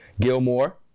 gilmore